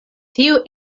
tiu